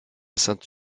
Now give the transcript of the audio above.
sainte